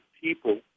people